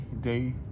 day